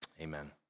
Amen